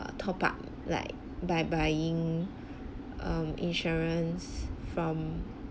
err top up like by buying um insurance from